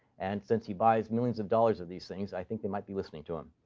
and since he buys millions of dollars of these things, i think they might be listening to him.